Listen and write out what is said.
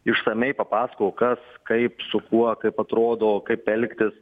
išsamiai papasakojo kas kaip su kuo kaip atrodo kaip elgtis